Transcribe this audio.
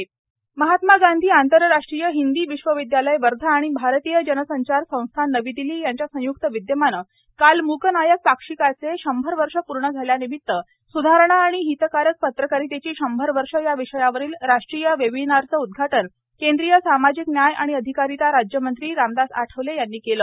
मूकनायक रामदास आठवले महात्मा गांधी आंतरराष्ट्रीय हिंदी विश्वविदयालय वर्धा आणि भारतीय जनसंचार संस्थान नवी दिल्ली यांच्या संयुक्त विद्यमाने काल मुकनायक पाक्षिकाचे शंभर वर्ष पूर्ण झाल्यानिमित्त सुधारणा आणि हितकारक पत्रकारितेची शंभर वर्ष या विषयावरील राष्ट्रीय वेबिनारचे उदघाटन केंद्रीय सामाजिक न्याय आणि अधिकारिता राज्यमंत्री रामदास आठवले यांनी केले